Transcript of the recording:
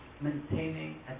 maintaining